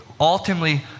ultimately